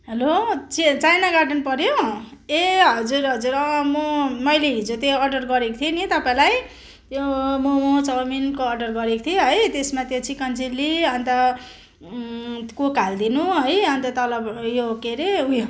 hello China garden पऱ्यो ए हजुर हजुर अँ म मैले हिजो त्यो अर्डर गरेको थिएँ नि तपाईँलाई त्यो मोमो चाउमिनको अर्डर गरेको थिएँ है त्यसमा त्यो चिकन चिल्ली अन्त कोक हालिदिनु है अन्त तल उयो के हरे उयो